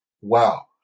wow